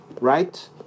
right